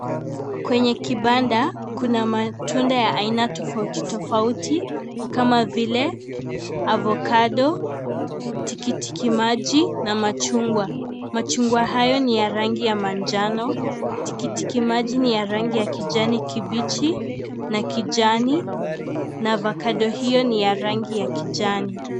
Kwenye kibanda kuna matunda ya aina tofauti tofauti, kama vile, avocado , tikitiki maji na machungwa. Machungwa hayo ni ya rangi ya manjano, tikitiki maji ni ya rangi ya kijani kibichi na kijani na avacado hiyo ni ya rangi ya kijani.